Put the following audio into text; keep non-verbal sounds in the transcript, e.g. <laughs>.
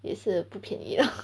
也是不便宜 lah <laughs>